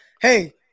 hey